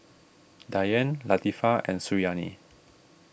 Dian Latifa and Suriani